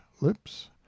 lips